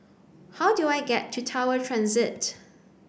how do I get to Tower Transit